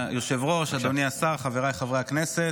אדוני השר, חבריי חברי הכנסת,